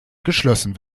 geschlossen